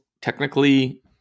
technically